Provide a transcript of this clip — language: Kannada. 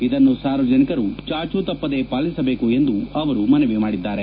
ಇದನ್ನು ಸಾರ್ವಜನಿಕರು ಚಾಚೂತಪ್ಪದೇ ಪಾಲಿಸಬೇಕು ಎಂದು ಅವರು ಮನವಿ ಮಾಡಿದ್ದಾರೆ